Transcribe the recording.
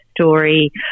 story